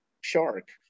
shark